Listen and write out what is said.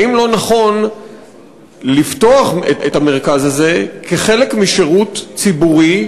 האם לא נכון לפתוח את המרכז הזה כחלק משירות ציבורי,